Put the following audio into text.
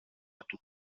του